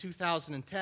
2010